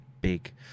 big